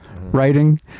writing